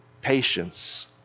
patience